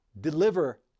deliver